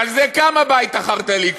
שעל זה קם הבית החרד"לי,